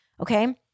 okay